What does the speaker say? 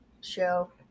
show